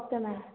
okay ma'am